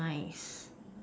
nice